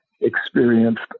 experienced